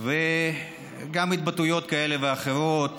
וגם התבטאויות כאלה ואחרות